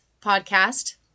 podcast